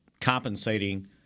compensating